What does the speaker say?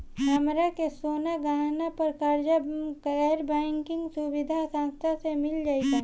हमरा के सोना गहना पर कर्जा गैर बैंकिंग सुविधा संस्था से मिल जाई का?